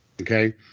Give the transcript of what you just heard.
okay